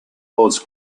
holds